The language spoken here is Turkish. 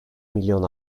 milyon